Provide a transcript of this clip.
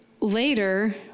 later